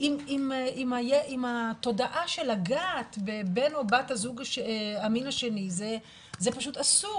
עם התודעה שלגעת בבן המין השני זה אסור,